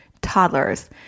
toddlers